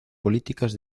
políticas